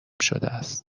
شدهست